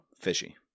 fishy